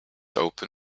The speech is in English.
open